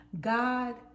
God